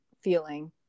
feeling